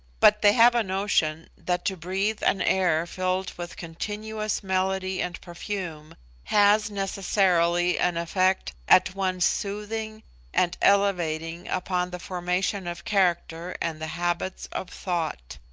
but they have a notion that to breathe an air filled with continuous melody and perfume has necessarily an effect at once soothing and elevating upon the formation of character and the habits of thought.